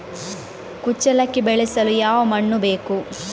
ಕುಚ್ಚಲಕ್ಕಿ ಬೆಳೆಸಲು ಯಾವ ಮಣ್ಣು ಬೇಕು?